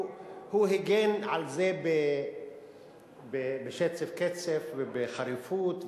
הוא הגן על זה בשצף קצף ובחריפות,